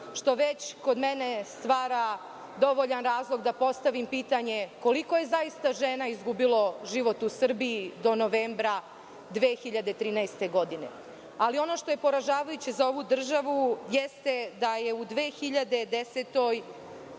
što već kod mene stvara dovoljan razlog da postavim pitanje – koliko je zaista žena izgubilo život u Srbiji do novembra 2013. godine? Ali, ono što je poražavajuće za ovu državu jeste da je u 2010.